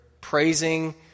praising